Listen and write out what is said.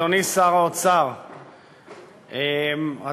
תודה רבה,